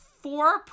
four